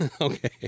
Okay